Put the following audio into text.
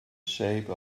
shape